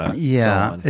ah yeah. and